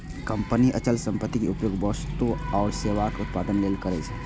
company अचल संपत्तिक उपयोग वस्तु आ सेवाक उत्पादन लेल करै छै